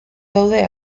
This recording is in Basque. daude